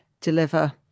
deliver